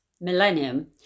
millennium